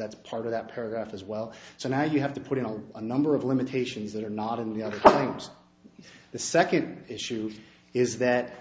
that's part of that paragraph as well so now you have to put in all the number of limitations that are not in the other problems the second issue is that